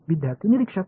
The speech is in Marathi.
विद्यार्थीः निरीक्षक